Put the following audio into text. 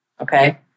Okay